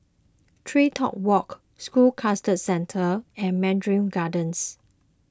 TreeTop Walk School Cluster Centre and Mandarin Gardens